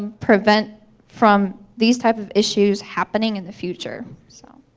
prevent from these type of issues happening in the future. so